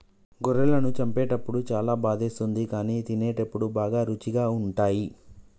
గొర్రెలను చంపేటప్పుడు చాలా బాధేస్తుంది కానీ తినేటప్పుడు బాగా రుచిగా ఉంటాయి